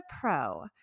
Pro